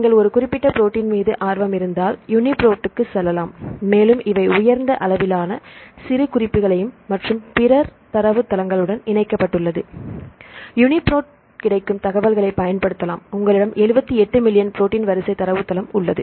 நீங்கள் ஒரு குறிப்பிட்ட ப்ரோட்டின் மீது ஆர்வமிருந்தால் யூனி ப்ரோட் க்கு செல்லலாம் மேலும் இவை உயர்ந்த அளவிலான சிறு குறிப்புகளையும் மற்றும் பிறர் தரவுத்தளங்கள் உடன் இணைக்கப்பட்டுள்ளது யுனிபிராட் கிடைக்கும் தகவல்களை பயன்படுத்தலாம் உங்களிடம் 78 மில்லியன் புரோட்டின் வரிசை தரவுத்தளம் உள்ளது